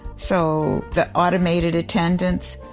so the automated attendants,